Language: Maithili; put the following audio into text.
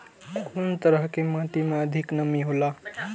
कुन तरह के माटी में अधिक नमी हौला?